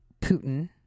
Putin